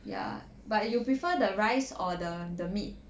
ya but you prefer the rice or the the meat